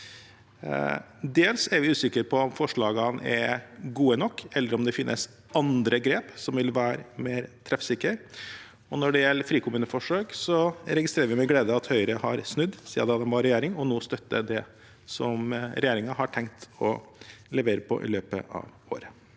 Dels er vi usikre på om forslagene er gode nok, eller om det finnes andre grep som vil være mer treffsikre. Når det gjelder frikommuneforsøk, registrerer vi med glede at Høyre har snudd siden de satt i regjering, og nå støtter det som regjeringen har tenkt å levere på i løpet av året.